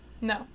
No